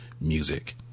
music